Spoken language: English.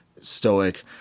stoic